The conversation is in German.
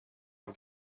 auf